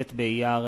ט' באייר התשס"ט,